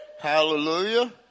hallelujah